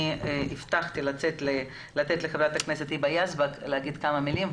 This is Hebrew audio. הבטחתי לחברת הכנסת היבה יזבק להגיד כמה מילים.